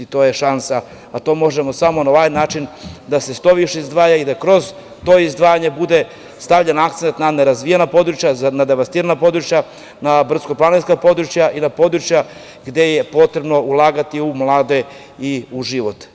To možemo samo na ovaj način da se što više izdvaja i da kroz to izdvajanje bude stavljen akcenat na nerazvijena područja, na devastirana područja, na brdsko-planinska područja i na područja gde je potrebno ulagati u mlade i u život.